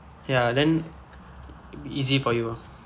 ya then easy for you